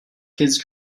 kids